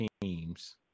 teams